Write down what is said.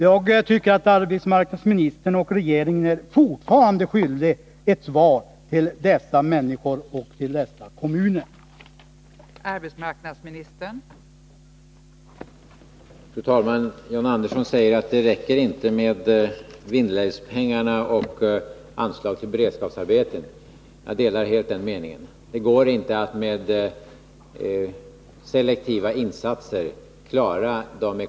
Jag tycker att arbetsmarknadsministern och regeringen fortfarande är skyldiga dessa människor och dessa kommuner ett svar.